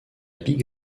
big